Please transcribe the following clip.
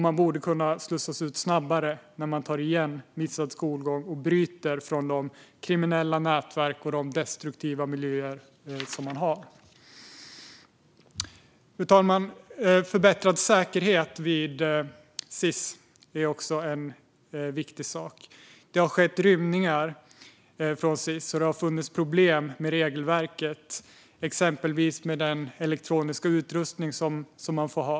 Man borde kunna slussas ut snabbare om man tar igen missad skolgång och bryter med kriminella nätverk och destruktiva miljöer. Fru talman! Förbättrad säkerhet vid Sis är också en viktig sak. Det har skett rymningar från Sis, och det har funnits problem med regelverket, exempelvis med den elektroniska utrustning som man får ha.